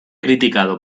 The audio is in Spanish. criticado